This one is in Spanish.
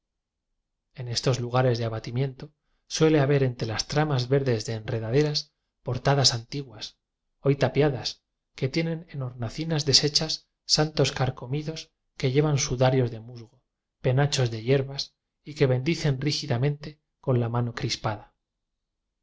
en estos lugares de abatimiento suele ha ber entre las tramas verdes de enredaderas portadas antiguas hoy tapiadas que tienen en hornacinas desechas santos carcomidos que llevan sudarios de musgo penachos de yerbas y que bendicen rígidamente con una mano crispada